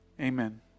amen